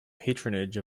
patronage